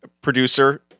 Producer